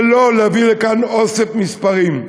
ולא להביא לכאן אוסף מספרים.